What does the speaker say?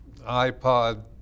iPod